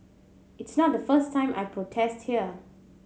it's not the first time I protest here